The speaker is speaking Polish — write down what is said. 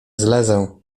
zlezę